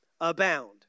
abound